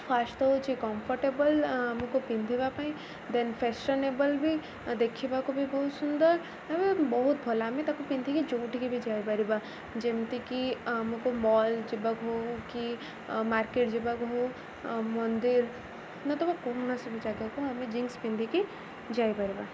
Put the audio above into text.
first ହେଉଛି comfortable ଆମକୁ ପିନ୍ଧିବା ପାଇଁ ଦେନ୍ ଫେସନେବଲ୍ ବି ଦେଖିବାକୁ ବି ବହୁତ ସୁନ୍ଦର ବହୁତ ଭଲ ଆମେ ତାକୁ ପିନ୍ଧିକି ଯେଉଁଠିକି ବି ଯାଇପାରିବା ଯେମିତିକି ଆମକୁ ମଲ୍ ଯିବାକୁ ହଉ କି ମାର୍କେଟ ଯିବାକୁ ହଉ ମନ୍ଦିର କୌଣସି ବି ଜାଗାକୁ ଆମେ ଜିନ୍ସ ପିନ୍ଧିକି ଯାଇପାରିବା